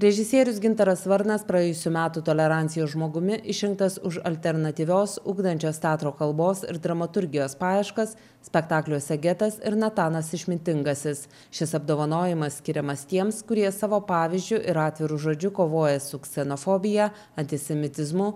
režisierius gintaras varnas praėjusių metų tolerancijos žmogumi išrinktas už alternatyvios ugdančios teatro kalbos ir dramaturgijos paieškas spektakliuose getas ir natanas išmintingasis šis apdovanojimas skiriamas tiems kurie savo pavyzdžiu ir atviru žodžiu kovoja su ksenofobija antisemitizmu